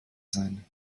sein